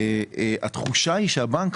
התחושה היא שהבנק,